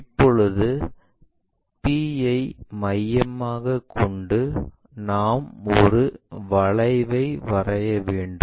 இப்போது p ஐ மையமாக கொண்டு நாம் ஒரு வளைவை வரைய வேண்டும்